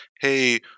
hey